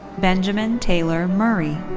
benjamin taylor murray.